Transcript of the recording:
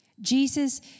Jesus